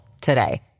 today